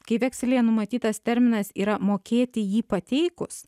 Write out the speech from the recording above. kai vekselyje numatytas terminas yra mokėti jį pateikus